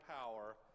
power